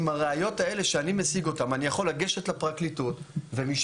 עם הראיות האלה שאני משיג אותן אני יכול לגשת לפרקליטות ומשם